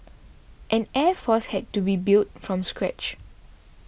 an air force had to be built from scratch